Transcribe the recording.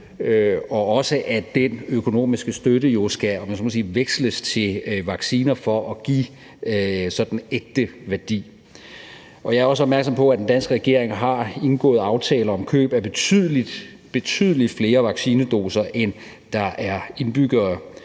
og at den økonomiske støtte jo, om jeg så må sige, skal veksles til vacciner for at give ægte værdi. Jeg er også opmærksom på, at den danske regering har indgået aftaler om køb af betydelig flere vaccinedoser, end der er indbyggere